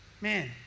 Man